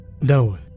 No